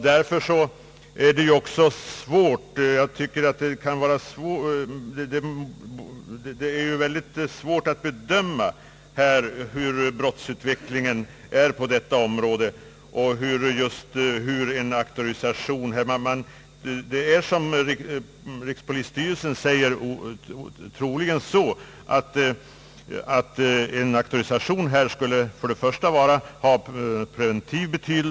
Det är också svårt att bedöma brottsutvecklingen på detta område. Som rikspolisstyrelsen uppger skulle troligen en auktorisation ha preventiv verkan.